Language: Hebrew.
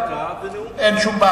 בנאום בן דקה וגם נאום, אין בעיה.